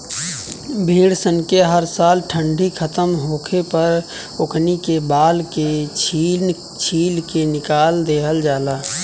भेड़ सन के हर साल ठंडी खतम होखे पर ओकनी के बाल के छील के निकाल दिहल जाला